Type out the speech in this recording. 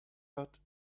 but